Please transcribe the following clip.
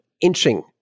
inching